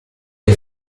nei